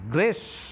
Grace